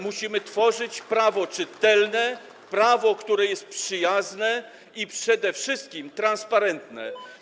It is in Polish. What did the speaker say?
Musimy tworzyć prawo czytelne, prawo, które jest przyjazne i przede wszystkim transparentne.